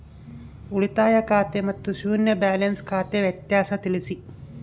ಉಳಿತಾಯ ಖಾತೆ ಮತ್ತೆ ಶೂನ್ಯ ಬ್ಯಾಲೆನ್ಸ್ ಖಾತೆ ವ್ಯತ್ಯಾಸ ತಿಳಿಸಿ?